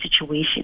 situation